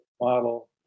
model